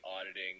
auditing